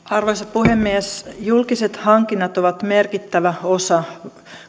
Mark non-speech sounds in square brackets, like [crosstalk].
[unintelligible] arvoisa puhemies julkiset hankinnat ovat merkittävä osa